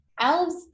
elves